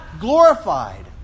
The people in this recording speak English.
glorified